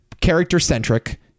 character-centric